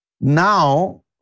now